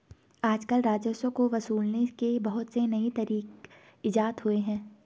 आजकल राजस्व को वसूलने के बहुत से नये तरीक इजात हुए हैं